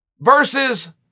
versus